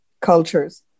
cultures